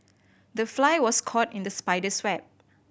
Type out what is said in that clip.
the fly was caught in the spider's web